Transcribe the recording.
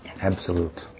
absolute